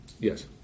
Yes